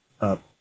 up